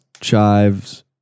Chives